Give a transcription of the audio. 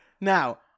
Now